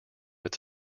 its